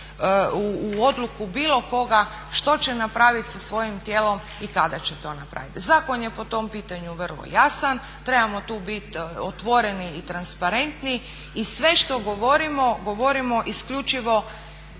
u odluku bilo koga što će napraviti sa svojim tijelom i kada će to napraviti. Zakon je po tom pitanju vrlo jasan. Trebamo tu biti otvoreni i transparentni i sve što govorimo, govorimo isključivo